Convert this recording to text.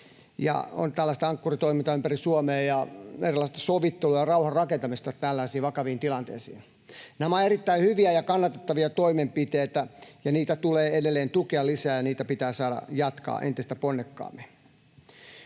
on tällaista Ankkuri-toimintaa ympäri Suomea ja erilaista sovittelua ja rauhanrakentamista tällaisiin vakaviin tilanteisiin. Nämä ovat erittäin hyviä ja kannatettavia toimenpiteitä, ja niitä tulee edelleen tukea lisää, ja niitä pitää saada jatkaa entistä ponnekkaammin.